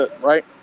right